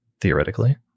theoretically